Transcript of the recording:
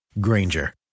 Granger